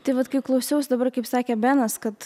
tai vat kai klausiaus dabar kaip sakė benas kad